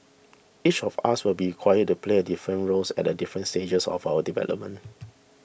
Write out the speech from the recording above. each of us will be required to play a different roles at a different stages of our development